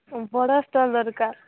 ଉଁ ବଡ଼ ଷ୍ଟଲ୍ ଦରକାର